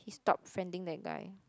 he stopped friending that guy